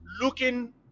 looking